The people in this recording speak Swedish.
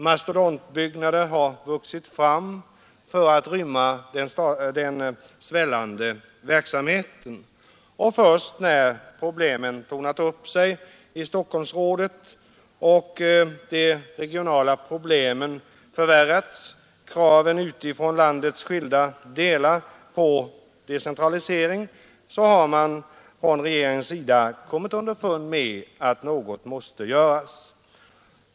Mastodontbyggnader har uppförts för att rymma den svällande verksamheten, och först när problemen tornat upp sig i Stockholmsområdet, när de regionala svårigheterna förvärrats och när kraven på decentralisering från landets skilda delar skärpts, har regeringen kommit underfund med att något måste göras.